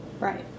Right